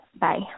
bye